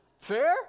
Fair